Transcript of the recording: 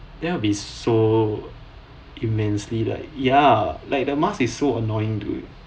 that'll be so immensely like ya like the mask is so annoying to it